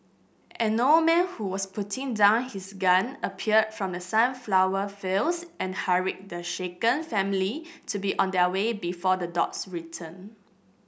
an old man who was putting down his gun appeared from the sunflower fields and hurried the shaken family to be on their way before the dogs return